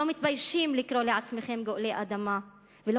לא מתביישים לקרוא לעצמכם גואלי האדמה ולא